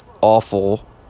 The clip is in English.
awful